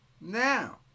Now